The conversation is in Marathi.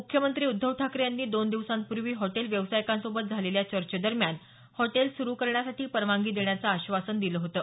मुख्यमंत्री उद्धव ठाकरे यांनी दोन दिवसांपूर्वी हॉटेल व्यावसायिकांसोबत झालेल्या चर्चेदरम्यान हॉटेल सुरू करण्यासाठी परवानगी देण्याचं आश्वासन दिलं होतं